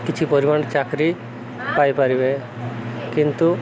କିଛି ପରିମାଣ ଚାକିରି ପାଇପାରିବେ କିନ୍ତୁ